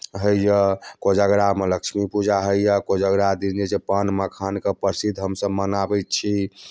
हइयऽ कोजगरामे लक्ष्मीपूजा हइयऽ कोजरा दिनक जे छै से पान मखानके प्रसिद्ध हमसब मनाबैत छी